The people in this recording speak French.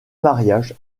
mariage